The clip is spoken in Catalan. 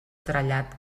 trellat